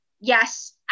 Yes